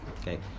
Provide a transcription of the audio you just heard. Okay